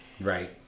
Right